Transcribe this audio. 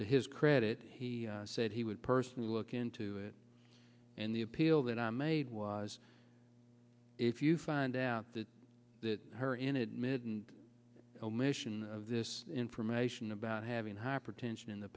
to his credit he said he would personally look into it and the appeal that i made was if you find out that her in admitted and omission of this information about having hypertension in the